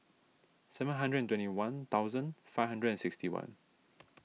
seven hundred and twenty one thousand five hundred and sixty one